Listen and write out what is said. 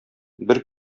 бер